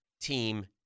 team